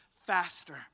faster